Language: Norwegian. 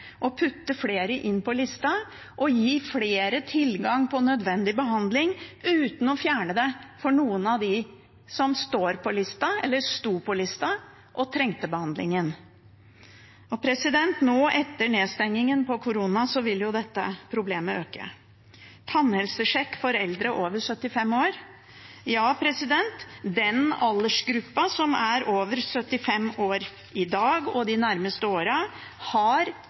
å putte flere inn på lista og gi flere tilgang på nødvendig behandling – uten å fjerne det for noen av dem som står på lista, eller sto på lista, og trengte behandlingen. Og nå, etter koronanedstengingen, vil jo dette problemet øke. Tannhelsesjekk for eldre over 75 år: Den aldersgruppa som er over 75 år i dag og de nærmeste årene, har